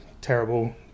terrible